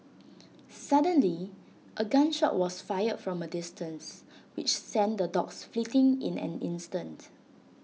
suddenly A gun shot was fired from A distance which sent the dogs fleeing in an instant